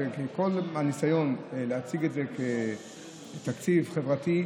שכל הניסיון להציג את זה כתקציב חברתי,